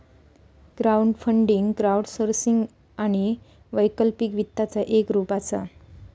crowdfunding crowdsourcing आणि वैकल्पिक वित्ताचा एक रूप असा